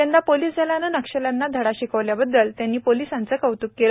यंदा पोलिस दलाने नक्षल्यांना धडा शिकविल्याबददल त्यांनी पोलिसांचे कौतूक केले